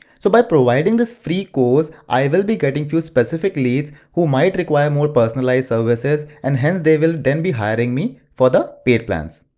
so by providing this free course, i will be getting few specific leads, who might require more personalized services and hence, they would then be hiring me for the paid plans.